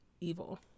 evil